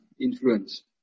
influence